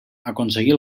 aconseguir